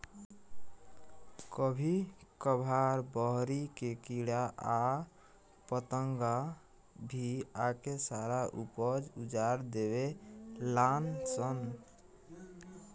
कभी कभार बहरी के कीड़ा आ पतंगा भी आके सारा ऊपज उजार देवे लान सन